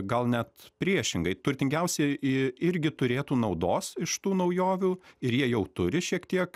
gal net priešingai turtingiausi i irgi turėtų naudos iš tų naujovių ir jie jau turi šiek tiek